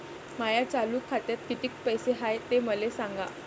माया चालू खात्यात किती पैसे हाय ते मले सांगा